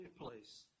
place